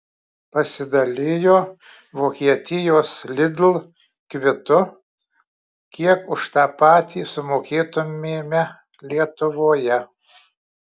pasidalijo vokietijos lidl kvitu kiek už tą patį sumokėtumėme lietuvoje